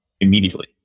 immediately